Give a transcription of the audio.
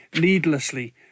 needlessly